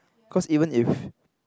cause even if